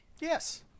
Yes